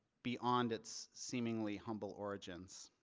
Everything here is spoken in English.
beyond its seemingly humble origins,